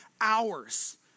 hours